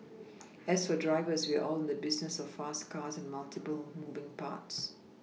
as for drivers we are all in the business of fast cars and multiple moving parts